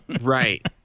Right